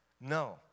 No